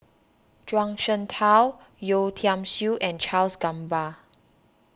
Zhuang Shengtao Yeo Tiam Siew and Charles Gamba